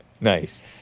Nice